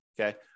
okay